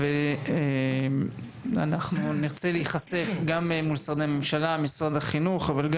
אנחנו נרצה להיחשף גם למשרדי הממשלה אבל גם